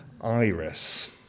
Iris